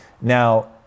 Now